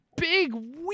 big